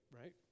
right